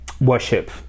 worship